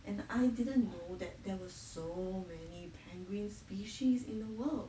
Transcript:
and I didn't know that there were so many penguins species in the world